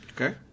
Okay